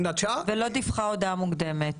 ולא דיווחה הודעה מוקדמת.